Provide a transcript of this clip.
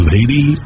Lady